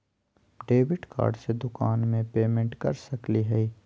Debit card से दुकान में पेमेंट कर सकली हई?